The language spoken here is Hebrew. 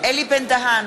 אלי בן-דהן,